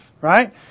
Right